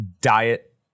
Diet